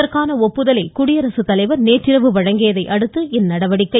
இதற்கான ஒப்புதலை குடியரசுத்தலைவர் நேற்றிரவு வழங்கியதையடுத்து இந்நடவடிக்கை